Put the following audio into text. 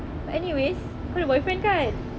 but anyways kau ada boyfriend kan